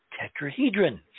tetrahedron